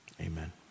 Amen